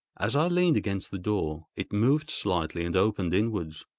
as i leaned against the door, it moved slightly and opened inwards.